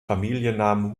familiennamen